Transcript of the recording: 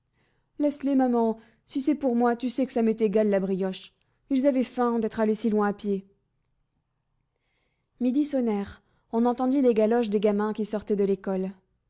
laisse-les maman si c'est pour moi tu sais que ça m'est égal la brioche ils avaient faim d'être allés si loin à pied midi sonnèrent on entendit les galoches des gamins qui sortaient de l'école